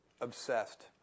obsessed